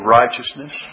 righteousness